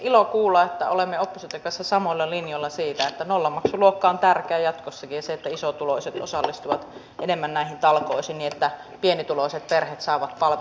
ilo kuulla että olemme opposition kanssa samoilla linjoilla siitä että nollamaksuluokka on tärkeä jatkossakin ja että isotuloiset osallistuvat enemmän näihin talkoisiin niin että pienituloiset perheet saavat palvelunsa jatkossakin